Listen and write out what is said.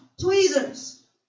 tweezers